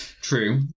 True